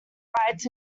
rights